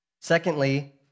Secondly